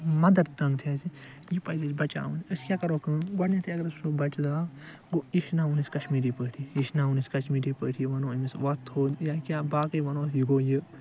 mother ٹَنٛگ چھِ اسہِ یہِ پَزِ اسہِ بَچاون أسۍ کیاہ کرو کٲم گۄڈٕنیٚتھے اگر أسۍ وٕچھو بچہٕ زاو گوٚو یہِ ہیٚچھناوون أسۍ کشمیٖری پٲٹھی یہِ ہیٚچھناوون أسۍ کشمیٖری پٲٹھی ونو أمِس ووتھ تھوٚد یا کینٛہہ باقے ونوس یہِ گوٚو یہِ